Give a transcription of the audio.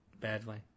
Badly